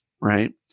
right